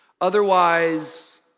otherwise